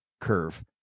curve